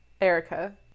Erica